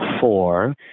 four